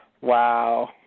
Wow